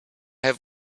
have